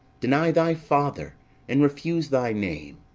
deny thy father and refuse thy name!